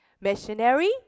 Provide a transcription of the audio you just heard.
Missionary